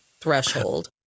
threshold